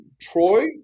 Troy